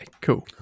cool